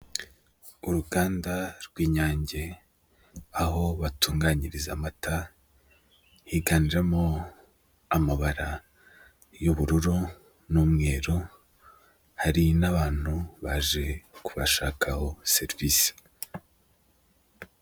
Uruganda rw'Inyange aho batunganyiriza amata higanjemo amabara y'ubururu n'umweru, hari n'abantu baje kubashakaho serivisi.